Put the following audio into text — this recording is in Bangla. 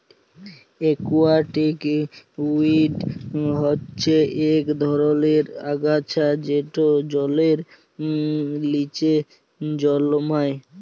একুয়াটিক উইড হচ্যে ইক ধরলের আগাছা যেট জলের লিচে জলমাই